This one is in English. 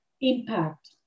impact